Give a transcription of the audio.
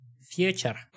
future